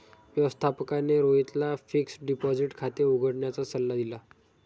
व्यवस्थापकाने रोहितला fixed deposit खाते उघडण्याचा सल्ला दिला